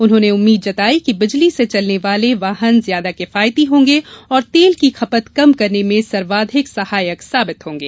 उन्होंने उम्मीद जताई कि बिजली से चलने वाले वाहन ज्यादा किफायती होंगे और तेल की खपत कम करने में सर्वाधिक सहायक साबित होंगे